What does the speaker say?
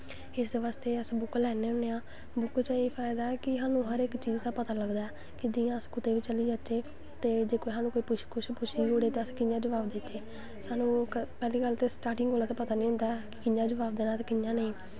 इस बास्ते अस बुक्क लैन्ने होने आं बुक्क च एह् फायदा ऐ कि सानूं हर इक चीज़ दा पता लगदा ऐ कि जि'यां अस कुतै बी चली जाच्चै जे कुसै नै कुश पुच्छी बी ओड़ेा ते अस कि'यां जबाब देच्चै सानूं पैह्ली गल्ल ते स्टार्टिंग कोला दा पता निं होंदा ऐ कि कि'यां जबाब देना ऐ ते कि'यां नेईं